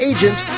Agent